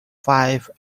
five